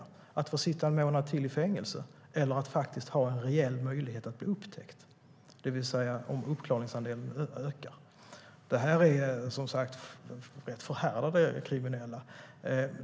Tror han att det är att få sitta en månad till i fängelse eller att ha en reell möjlighet att bli upptäckt, det vill säga om uppklaringsandelen nu ökar? Detta är som sagt rätt förhärdade kriminella.